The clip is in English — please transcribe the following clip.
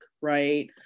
right